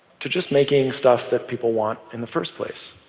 to just making stuff that people want in the first place.